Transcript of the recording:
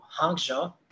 Hangzhou